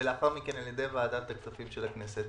ולאחר מכן על ידי ועדת הכספים של הכנסת.